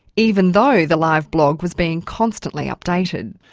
even though the live blog was being constantly updated.